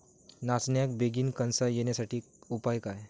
नाचण्याक बेगीन कणसा येण्यासाठी उपाय काय?